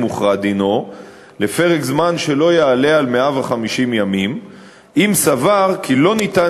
הוכרע דינו לפרק זמן שלא יעלה על 150 ימים אם סבר כי לא ניתן